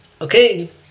Okay